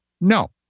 No